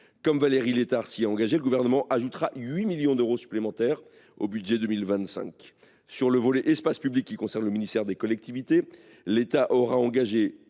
Comme Valérie Létard s’y est engagée, le Gouvernement ajoutera 8 millions d’euros supplémentaires au budget 2025. Sur le volet espaces publics, qui concerne le ministère chargé des collectivités, l’État aura engagé